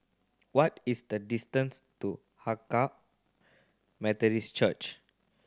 what is the distance to Hakka Methodist Church